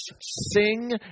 sing